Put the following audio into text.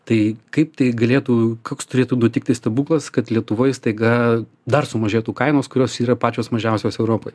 tai kaip tai galėtų koks turėtų nutikti stebuklas kad lietuvoj staiga dar sumažėtų kainos kurios yra pačios mažiausios europoj